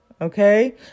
Okay